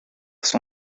son